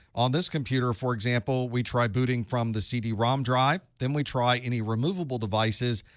on this computer, for example, we try booting from the cd-rom drive. then we try any removable devices,